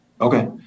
okay